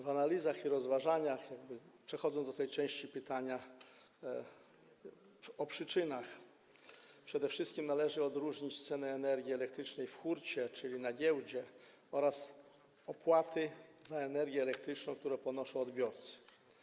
W analizach i rozważaniach - przechodzę do tej części pytania o przyczyny - przede wszystkim należy odróżnić cenę energii elektrycznej w hurcie, czyli na giełdzie, od opłat za energię elektryczną, które ponoszą odbiorcy.